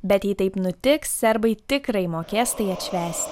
bet jei taip nutiks serbai tikrai mokės tai atšvęst